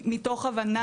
מתוך הבנה